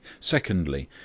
secondly,